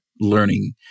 learning